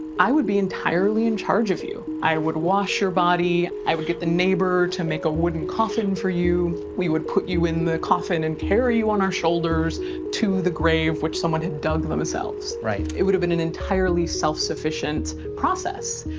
i would be entirely in charge of you, i would wash your body, i would get the neighbor to make a wooden coffin for you, we would put you in the coffin and carry you on our shoulders to the grave which someone had dug themselves. it would have been an entirely self sufficient process.